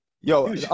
Yo